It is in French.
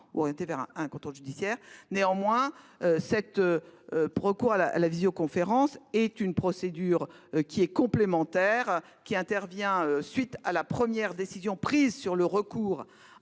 Néanmoins le recours à la visioconférence est une procédure complémentaire, qui intervient à la suite de la première décision prise sur le recours